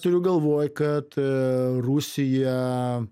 turiu galvoj kad rusija